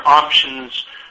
options